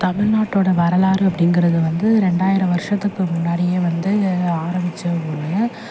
தமிழ்நாட்டோட வரலாறு அப்படிங்கறது வந்து ரெண்டாயிரம் வருஷத்துக்கு முன்னாடியே வந்து இங்கே ஆரம்பித்த ஒன்று